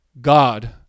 God